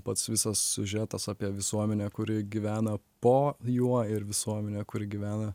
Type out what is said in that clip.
pats visas siužetas apie visuomenę kuri gyvena po juo ir visuomenę kuri gyvena